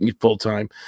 full-time